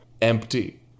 Empty